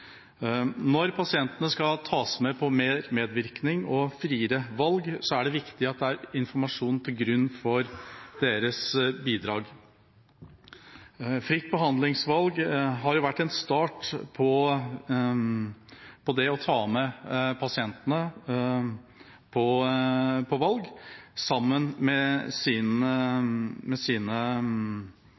Når pasientene skal tas med på mer medvirkning og friere valg, er det viktig at det ligger informasjon til grunn for deres bidrag. Fritt behandlingsvalg har vært en start på det å ta med pasientene på valg, sammen med sin